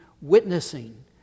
witnessing